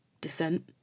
descent